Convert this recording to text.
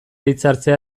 hitzartzea